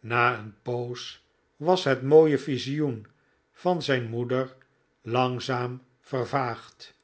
na een poos was het mooie visioen van zijn moeder langzaam vervaagd